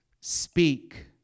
Speak